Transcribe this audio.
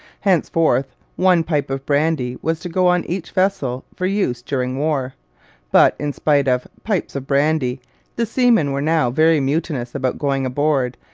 henceforth one pipe of brandy was to go on each vessel for use during war but, in spite of pipes of brandy the seamen were now very mutinous about going aboard,